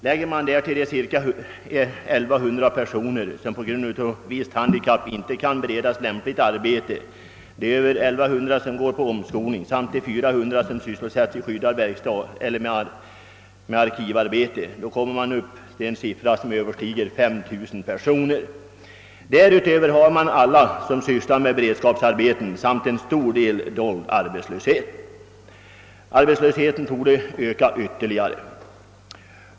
Lägger man därtill de ungefär 1100 personer som på grund av visst handikapp inte kan beredas lämpligt arbete, de över 1100 som går på omskolningskurser samt de 400 som sysselsätts i skyddad verkstad eller med arkivarbete, kommer man upp till ett antal som överstiger 5000 personer. Därutöver har man alla som sysslar med beredskapsarbeten samt en hel del dold arbetslöshet. Arbetslösheten torde öka ytterligare.